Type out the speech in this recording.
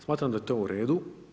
Smatram da je to u redu.